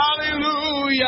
Hallelujah